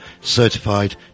Certified